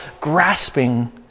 grasping